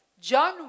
John